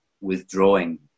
withdrawing